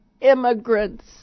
immigrants